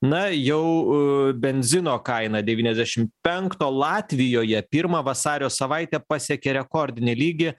na jau benzino kaina devyniasdešim penkto latvijoje pirmą vasario savaitę pasiekė rekordinį lygį